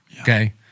Okay